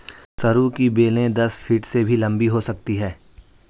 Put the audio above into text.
सरू की बेलें दस फीट से भी लंबी हो सकती हैं